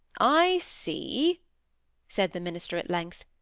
i see said the minister, at length.